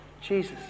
Jesus